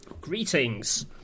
greetings